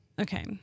Okay